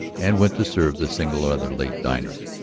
and went to serve the single other late diner.